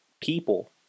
people